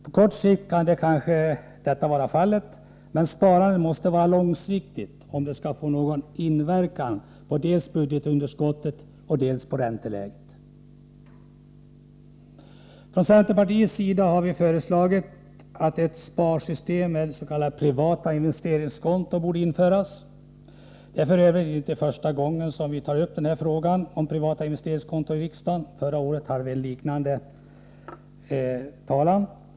På kort sikt kan kanske detta vara fallet, men sparandet måste vara långsiktigt om det skall få någon inverkan på dels budgetunderskottet, dels ränteläget. Från centerpartiets sida har vi föreslagit att ett sparsystem meds.k. privata investeringskonton skall införas. Det är f. ö. inte första gången som vi tar upp frågan om privata investeringskonton i riksdagen. Förra året hade vi ett liknande förslag.